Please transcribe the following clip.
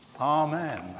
amen